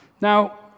Now